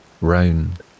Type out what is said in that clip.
round